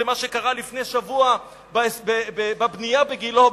זה מה שקרה לפני שבוע בבנייה בגילה,